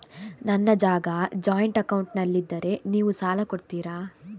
ನನ್ನ ಜಾಗ ಜಾಯಿಂಟ್ ಅಕೌಂಟ್ನಲ್ಲಿದ್ದರೆ ನೀವು ಸಾಲ ಕೊಡ್ತೀರಾ?